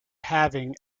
having